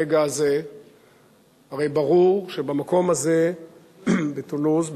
הרי ברור שבמקום הזה בטולוז,